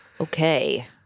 okay